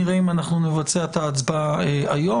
נראה אם נבצע את ההצבעה היום.